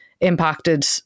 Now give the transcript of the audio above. impacted